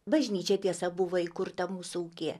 bažnyčia tiesa buvo įkurta mūsų ūkyje